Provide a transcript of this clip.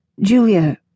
Julia